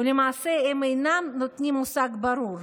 ולמעשה הם אינם נותנים מושג ברור.